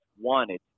wanted